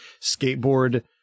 skateboard